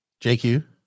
JQ